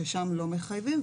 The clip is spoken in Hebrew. ששם לא מחייבים.